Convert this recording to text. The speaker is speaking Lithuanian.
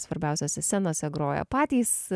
svarbiausiose scenose groja patys